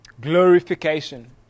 Glorification